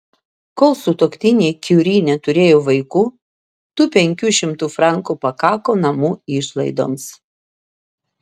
kol sutuoktiniai kiuri neturėjo vaikų tų penkių šimtų frankų pakako namų išlaidoms